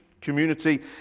community